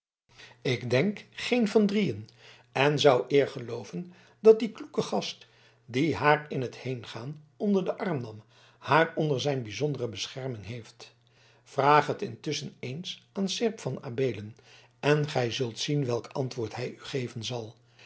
ik denk geen van drieën en zou eer gelooven dat die kloeke gast die haar in t heengaan onder den arm nam haar onder zijn bijzondere bescherming heeft vraag het intusschen eens aan seerp van adeelen en gij zult zien welk antwoord hij u geven zal